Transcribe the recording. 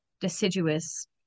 deciduous